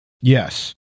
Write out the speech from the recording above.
Yes